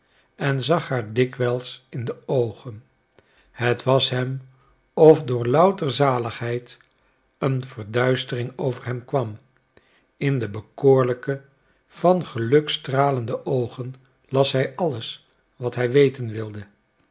en zag haar dikwijls in de oogen het was hem of door louter zaligheid een verduistering over hem kwam in de bekoorlijke van geluk stralende oogen las hij alles wat hij weten wilde